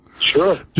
Sure